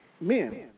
men